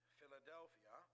Philadelphia